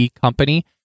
company